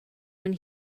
when